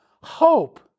hope